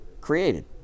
created